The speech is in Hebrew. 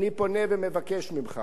אני פונה ומבקש ממך